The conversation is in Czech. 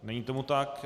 Není tomu tak.